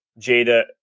Jada